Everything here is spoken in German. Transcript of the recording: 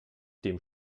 dem